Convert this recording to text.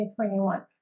2021